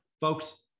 folks